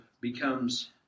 becomes